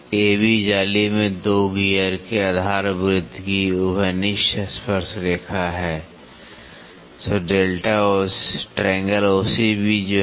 AB जाली में दो गियर के आधार वृत्त की उभयनिष्ठ स्पर्श रेखा है